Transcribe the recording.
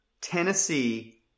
Tennessee